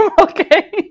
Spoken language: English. okay